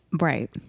Right